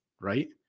right